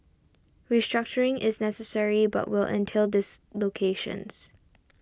restructuring is necessary but will entail dislocations